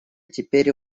теперь